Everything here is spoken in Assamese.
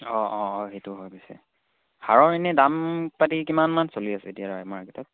অঁ অঁ অঁ সেইটো হৈ পিছে সাৰৰ এনেই দাম পাতি কিমানমান চলি আছে এতিয়া মাৰ্কেটত